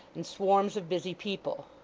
and swarms of busy people.